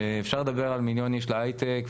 שאפשר לדבר על מיליון איש להייטק,